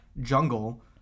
jungle